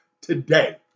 today